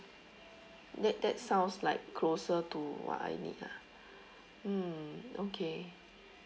that that sounds like closer to what I need lah mm okay